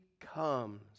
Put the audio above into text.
comes